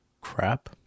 crap